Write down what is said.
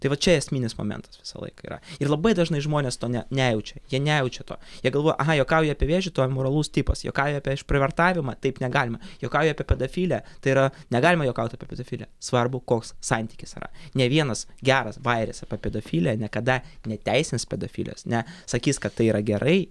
tai va čia esminis momentas visąlaik yra ir labai dažnai žmonės to ne nejaučia jie nejaučia to jie galvoja aha juokauja apie vėžį amoralus tipas juokauja apie išprievartavimą taip negalima juokauja apie pedofile tai yra negalima juokaut apie pedofiliją svarbu koks santykis yra nė vienas geras bajeris apie pedofiliją niekada neteisins pedofilijos ne sakys kad tai yra gerai